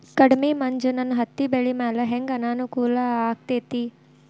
ಕಡಮಿ ಮಂಜ್ ನನ್ ಹತ್ತಿಬೆಳಿ ಮ್ಯಾಲೆ ಹೆಂಗ್ ಅನಾನುಕೂಲ ಆಗ್ತೆತಿ?